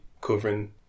covering